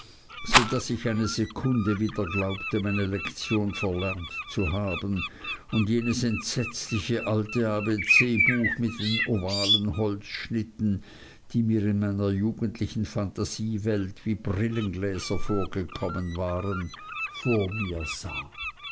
so daß ich eine sekunde wieder glaubte meine lektion verlernt zu haben und jenes entsetzliche alte abc buch mit den ovalen holzschnitten die mir in meiner jugendlichen phantasie wie brillengläser vorgekommen waren vor mir sah